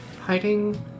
Hiding